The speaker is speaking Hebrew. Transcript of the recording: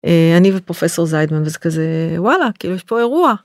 אני ופרופסור זיידמן וזה כזה, וואלה כאילו יש פה אירוע.